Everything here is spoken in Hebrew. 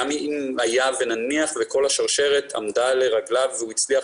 גם אם היה ונניח וכל השרשרת עמדה לרגליו והוא הצליח